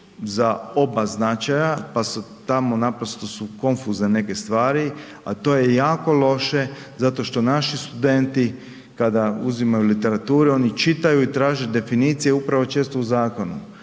za oba značaja pa su tamo naprosto su konfuzne neke stvari a to je jako loše zato što naši studenti kada uzimaju literaturu, oni čitaju i traže definicije upravo često u zakonu